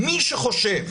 מי שחושב